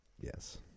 Yes